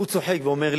והוא צוחק ואומר לי: